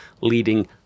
leading